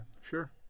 Sure